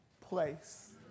place